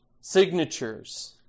signatures